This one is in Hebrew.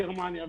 גרמניה,